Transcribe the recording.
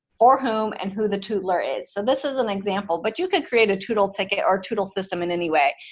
or whom and who the tootler is. so this is an example, but you could create a tootle ticket or tootle system in any way.